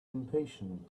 impatient